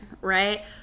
right